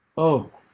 oh,